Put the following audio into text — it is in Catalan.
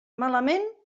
malament